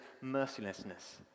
mercilessness